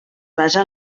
basa